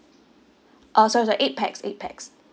uh sorry sorry eight pax eight pax